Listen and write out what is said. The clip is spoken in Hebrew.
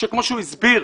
כמו שהוא הסביר.